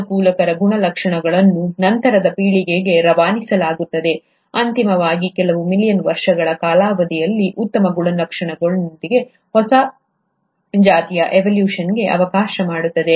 ಅನುಕೂಲಕರ ಗುಣಲಕ್ಷಣಗಳನ್ನು ನಂತರದ ಪೀಳಿಗೆಗೆ ರವಾನಿಸಲಾಗುತ್ತದೆ ಅಂತಿಮವಾಗಿ ಕೆಲವು ಮಿಲಿಯನ್ ವರ್ಷಗಳ ಕಾಲಾವಧಿಯಲ್ಲಿ ಉತ್ತಮ ಗುಣಲಕ್ಷಣಗಳೊಂದಿಗೆ ಹೊಸ ಜಾತಿಯ ಎವೊಲ್ಯೂಶನ್ಗೆ ಅವಕಾಶ ನೀಡುತ್ತದೆ